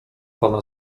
pana